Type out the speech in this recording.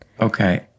Okay